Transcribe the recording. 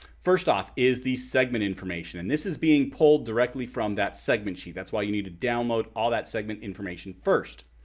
first off is the segment information. and this is being pulled directly from that segment sheet. that's why you need to download all that segment information first.